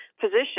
position